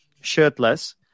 shirtless